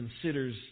considers